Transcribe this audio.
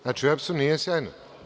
Znači, u EPS-u nije sjajno.